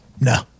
No